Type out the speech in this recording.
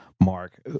Mark